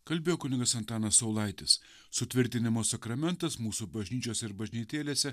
kalbėjo kunigas antanas saulaitis sutvirtinimo sakramentas mūsų bažnyčios ir bažnytėlėse